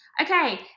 Okay